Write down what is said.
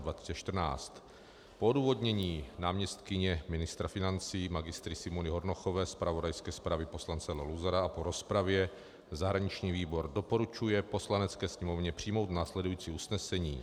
Po odůvodnění náměstkyně ministra financí magistry Simony Hornochové, zpravodajské zprávě poslance Leo Luzara a po rozpravě zahraniční výbor doporučuje Poslanecké sněmovně přijmout následující usnesení.